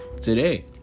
today